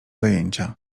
zajęcia